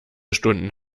stunden